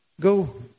go